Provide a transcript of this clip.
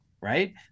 right